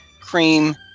cream